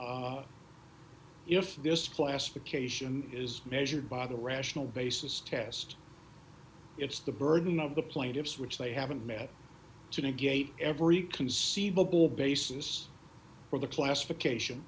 this classification is measured by the rational basis test it's the burden of the plaintiffs which they haven't met to negate every conceivable basis for the classification